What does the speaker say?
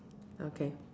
okay